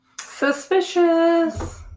Suspicious